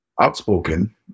outspoken